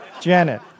Janet